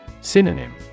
Synonym